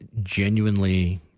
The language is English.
genuinely